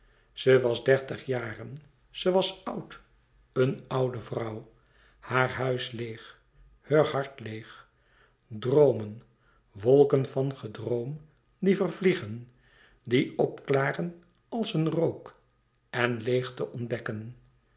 ze was dertig jaren ze was oud een oude vrouw haar huis leêg heur hart leêg droomen wolken van gedroom die vervliegen die opklaren als een rook en leêgte ontdekken